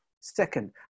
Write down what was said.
Second